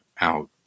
out